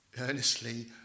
earnestly